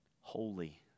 Holy